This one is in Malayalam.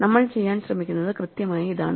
നമ്മൾ ചെയ്യാൻ ശ്രമിക്കുന്നത് കൃത്യമായി ഇതാണ്